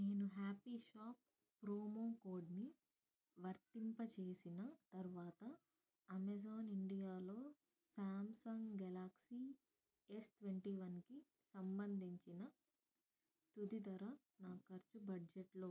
నేను happy shop promo కోడ్ని వర్తింపచేసిన తర్వాత అమెజాన్ ఇండియాలో శామ్సంగ్ గెలాక్సీ ఎస్ ట్వెంటీ వన్కి సంబంధించిన తుది ధర నా ఖర్చు బడ్జెట్లో ఉంది